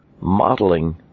modeling